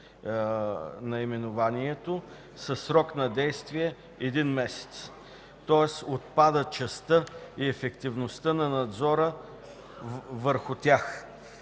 наименованието – със срок на действие един месец”. Отпада частта „и ефективността на надзора върху тях”.